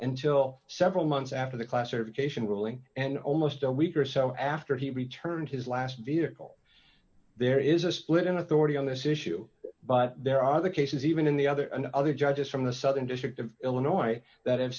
until several months after the classification ruling and almost a week or so after he returned his last vehicle there is a split in authority on this issue but there are other cases even in the other and other judges from the southern district of illinois that